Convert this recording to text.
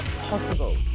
possible